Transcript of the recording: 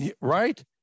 Right